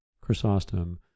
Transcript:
Chrysostom